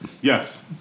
Yes